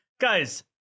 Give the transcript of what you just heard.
Guys